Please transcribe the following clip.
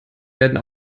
werden